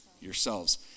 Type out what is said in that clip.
Yourselves